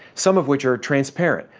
some of which are transparent,